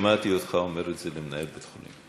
שמעתי אותך אומר את זה למנהל בית-החולים.